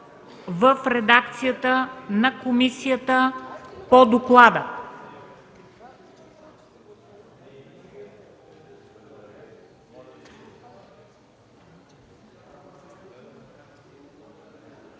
в редакцията на комисията по доклада.